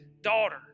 daughter